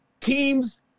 teams